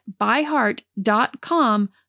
byheart.com